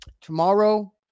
tomorrow